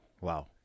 Wow